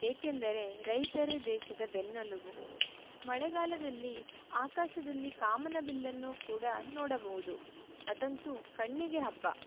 ಏಕೆಂದರೆ ರೈತರೇ ದೇಶದ ಬೆನ್ನೆಲುಬು ಮಳೆಗಾಲದಲ್ಲಿ ಆಕಾಶದಲ್ಲಿ ಕಾಮನಬಿಲ್ಲನ್ನು ಕೂಡ ನೋಡಬಹುದು ಅದಂತೂ ಕಣ್ಣಿಗೆ ಹಬ್ಬ